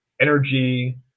energy